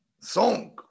song